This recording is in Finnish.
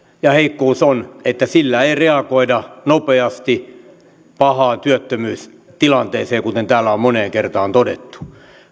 ja heikkous on että sillä ei reagoida nopeasti pahaan työttömyystilanteeseen kuten täällä on moneen kertaan todettu